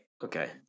Okay